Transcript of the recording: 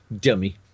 Dummy